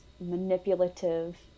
manipulative